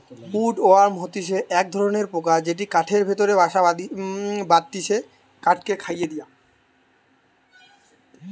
would worm হতিছে এক ধরণের পোকা যেটি কাঠের ভেতরে বাসা বাঁধটিছে কাঠকে খইয়ে দিয়া